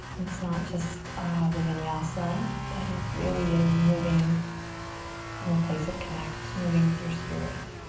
it's not just the vinyasa, but it really is moving from a place of connect, moving with your spirit.